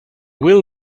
will